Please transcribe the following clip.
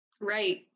Right